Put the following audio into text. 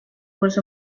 was